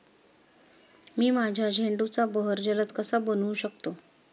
मी माझ्या झेंडूचा बहर जलद कसा बनवू शकतो?